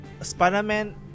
Spider-Man